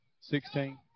sixteen